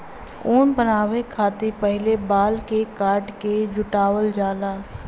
ऊन बनावे खतिर पहिले बाल के काट के जुटावल जाला